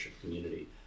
community